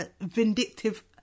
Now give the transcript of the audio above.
vindictive